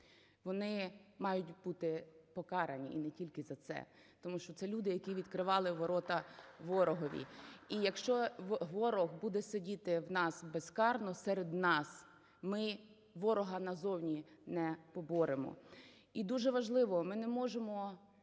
Вони мають бути покарані і не тільки за це. Тому що це люди, які відкривали ворота ворогові. І якщо ворог буде сидіти в нас безкарно серед нас, ми ворога назовні не поборемо. І дуже важливо: ми не можемо